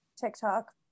tiktok